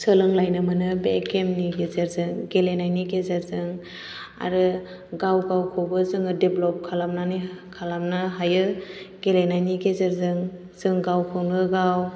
सोलोंलायनो मोनो बे गेम नि गेजेरजों गेलेनायनि गेजेरजों आरो गाव गावखौबो जोङो देभल'प खालामनो हायो गेलेनायनि गेजेरजों जों गावखौनो गाव